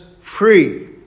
free